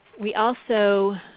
we also